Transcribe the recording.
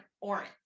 Orange